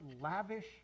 lavish